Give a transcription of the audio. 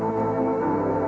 or